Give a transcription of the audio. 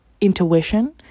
intuition